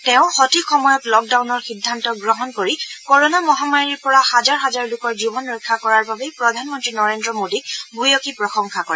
তেওঁ সঠিক সময়ত লক ডাউনৰ সিদ্ধান্ত গ্ৰহণ কৰি কৰণা মহামাৰীৰ পৰা হাজাৰ হাজাৰ লোকৰ জীৱন ৰক্ষা কৰাৰ বাবে প্ৰধানমন্ত্ৰী নৰেন্দ্ৰ মোদীক ভূয়সী প্ৰশংসা কৰে